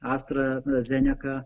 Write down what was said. astra zeneka